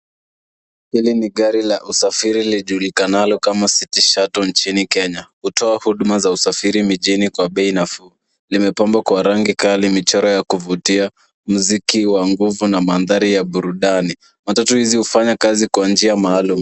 Hili ni gari la usafiri lijulikanalo kama City Shuttle nchini Kenya. Hutoa huduma za usafiri mijini kwa bei nafuu. Limepambwa kwa rangi kali, michoro ya kuvutia, muziki wa nguvu na mandhari ya burudani. Matatu hizi hufanya kazi kwa njia maalum.